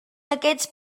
aquests